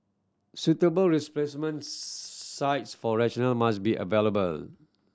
suitable replacement sites for resident must be available